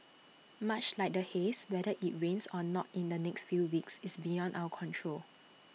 much like the haze whether IT rains or not in the next few weeks is beyond our control